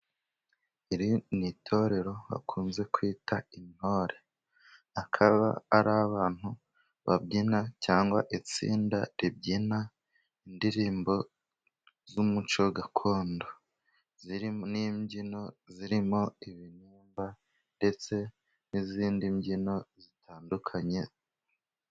Iri ni itorerero bakunze kwita intore, akaba ari abantu babyina, cyangwa itsinda ribyina indirimbo z'umuco gakondo. N'imbyino zirimo ibinimba, ndetse n'izindi mbyino zitandukanye.